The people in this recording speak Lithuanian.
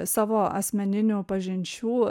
savo asmeninių pažinčių